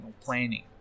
planning